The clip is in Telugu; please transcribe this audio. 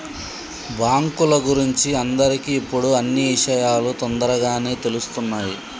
బాంకుల గురించి అందరికి ఇప్పుడు అన్నీ ఇషయాలు తోందరగానే తెలుస్తున్నాయి